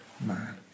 man